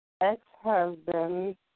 ex-husband